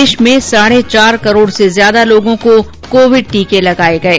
देश में साढे चार करोड़ से ज्यादा लोगों को कोविड़ टीके लगाये गये